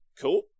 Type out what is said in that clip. cool